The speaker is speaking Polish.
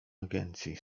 agencji